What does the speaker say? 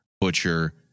Butcher